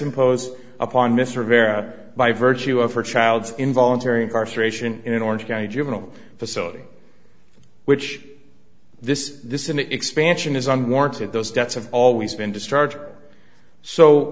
impose upon mr vera by virtue of her child's involuntary incarceration in an orange county juvenile facility which this this an expansion is unwarranted those debts have always been discharge